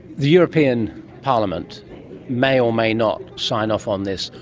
the european parliament may or may not sign off on this.